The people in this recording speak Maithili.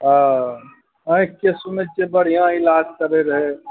हँ आँखिके सुनै छिए बढ़िआँ इलाज करै रहै